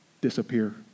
disappear